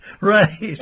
Right